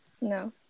No